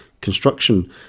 construction